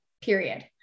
period